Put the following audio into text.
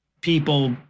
people